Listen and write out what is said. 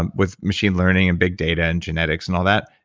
um with machine learning and big data and genetics and all that.